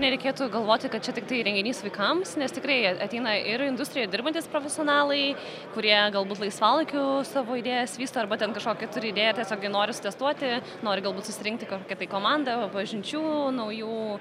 nereikėtų galvoti kad čia tiktai renginys vaikams nes tikrai jie ateina ir industrijoje dirbantys profesionalai kurie galbūt laisvalaikiu savo idėjas vysto arba ten kažkokią turi idėją tiesiog ją nori išsitestuoti nori galbūt susirinkti kokią tai komandą pažinčių naujų